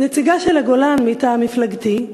כנציגה של הגולן מטעם מפלגתי,